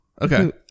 okay